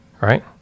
right